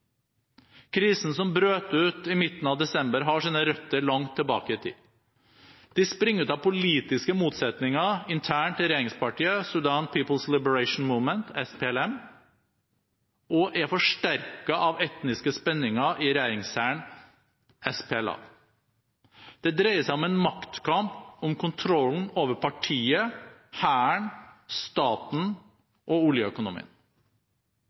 Krisen som brøt ut i midten av desember, har sine røtter langt tilbake i tid. De springer ut av politiske motsetninger internt i regjeringspartiet Sudan People’s Liberation Movement, SPLM, og er forsterket av etniske spenninger i regjeringshæren, SPLA. Det dreier seg om en maktkamp om kontrollen over partiet, hæren, staten og oljeøkonomien.